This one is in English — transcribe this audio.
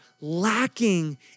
lacking